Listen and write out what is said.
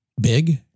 big